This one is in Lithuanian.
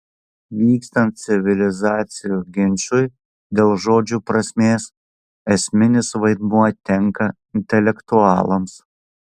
vykstant civilizacijų ginčui dėl žodžių prasmės esminis vaidmuo tenka intelektualams